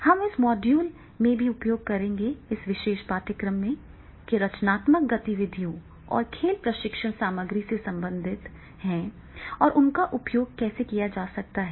हम इस मॉड्यूल में भी उपयोग करेंगे इस विशेष पाठ्यक्रम में कि रचनात्मक गतिविधियों और खेल प्रशिक्षण सामग्री से संबंधित हैं और उनका उपयोग कैसे किया जा सकता है